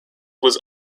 was